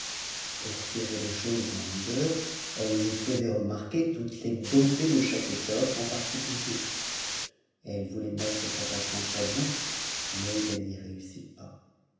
pour tirer les choses en longueur elle lui faisait remarquer toutes les beautés de chaque étoffe en particulier elle voulait mettre sa patience à bout mais elle n'y réussit pas